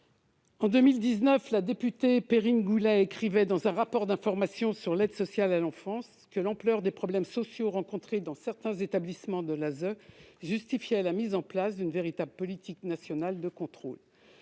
En 2019, la députée Perrine Goulet, écrivait dans un rapport d'information sur l'aide sociale à l'enfance que l'ampleur des problèmes sociaux rencontrés dans certains établissements de l'ASE justifiait la mise en place d'une véritable politique nationale de contrôle.